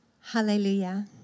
Hallelujah